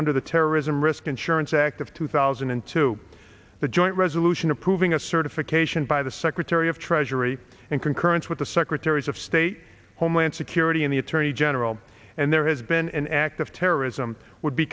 under the terrorism risk insurance act of two thousand and two the joint resolution approving a certification by the secretary of treasury and concurrence with the secretaries of state homeland security and the attorney general and there has been an act of terrorism would be